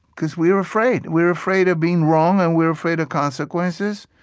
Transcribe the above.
because we're afraid. we're afraid of being wrong, and we're afraid of consequences,